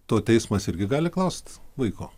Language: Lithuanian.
to teismas irgi gali klaust vaiko